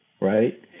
right